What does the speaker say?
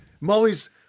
Molly's